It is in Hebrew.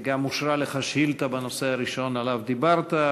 אושרה לך גם שאילתה בנושא הראשון שעליו דיברת,